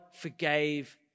forgave